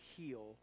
heal